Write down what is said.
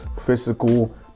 physical